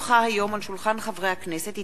הצעה לסדר-היום של חבר הכנסת שלמה מולה.